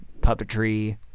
puppetry